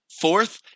Fourth